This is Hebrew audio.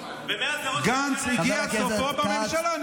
גנץ הגיע לסופו בממשלה.